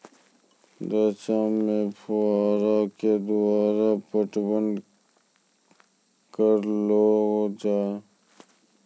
रचा मे फोहारा के द्वारा पटवन करऽ लो जाय?